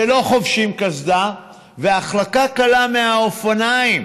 ולא חובשים קסדה, והחלקה קלה מהאופניים